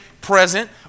present